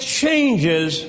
changes